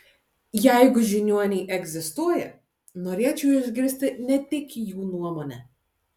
jeigu žiniuoniai egzistuoja norėčiau išgirsti ne tik jų nuomonę